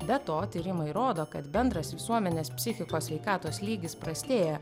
be to tyrimai rodo kad bendras visuomenės psichikos sveikatos lygis prastėja